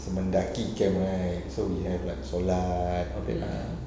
some Mendaki camp right so we had like solat all that lah